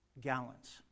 gallons